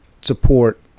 support